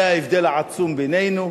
זה ההבדל העצום בינינו,